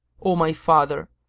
o my father,